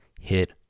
hit